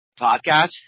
podcast